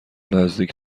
نزدیک